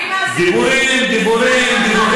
הייתה חדוות היצירה.